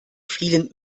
vielen